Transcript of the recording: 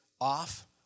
off